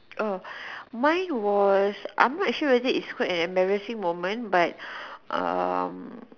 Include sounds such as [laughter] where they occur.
oh [breath] mine was I'm not sure whether it's called an embarrassing moment but um